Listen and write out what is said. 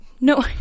no